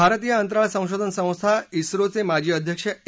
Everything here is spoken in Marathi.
भारतीय अंतराळ संशोधन संस्था झिोचे माजी अध्यक्ष ए